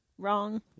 Wrong